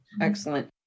Excellent